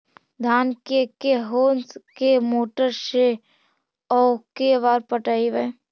धान के के होंस के मोटर से औ के बार पटइबै?